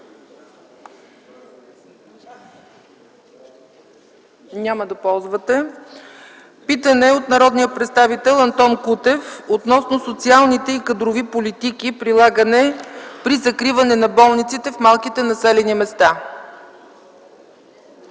Няма да ползвате. Питане от народния представител Антон Кутев относно социалните и кадровите политики, прилагани при закриване на болниците в малките населени места.